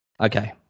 Okay